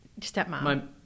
stepmom